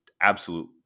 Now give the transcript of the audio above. absolute